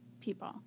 people